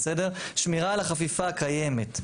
שמירה על החפיפה הקיימת,